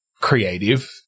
creative